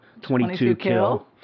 22Kill